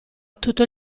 tutto